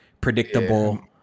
predictable